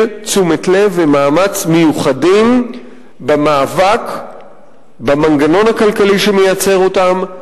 תשומת לב ומאמץ מיוחדים במאבק במנגנון הכלכלי שמייצר אותה,